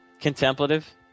Contemplative